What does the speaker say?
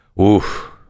oof